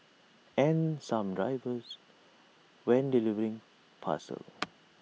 and some drivers when delivering parcels